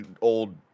old